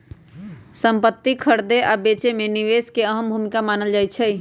संपति खरीदे आ बेचे मे निवेश के भी अहम भूमिका मानल जाई छई